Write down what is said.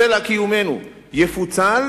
סלע קיומנו: יפוצל